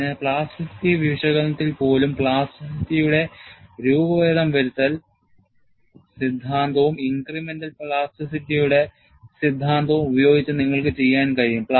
അതിനാൽ പ്ലാസ്റ്റിറ്റി വിശകലനത്തിൽ പോലും പ്ലാസ്റ്റിറ്റിയുടെ രൂപഭേദം വരുത്തൽ സിദ്ധാന്തവും incremental പ്ലാസ്റ്റിറ്റിയുടെ സിദ്ധാന്തവും ഉപയോഗിച്ച് നിങ്ങൾക്ക് ചെയ്യാൻ കഴിയും